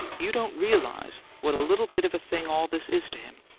you don't realize what a little bit of a thing all this is to him.